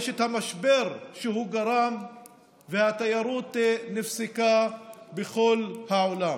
יש את המשבר שהוא גרם והתיירות נפסקה בכל העולם,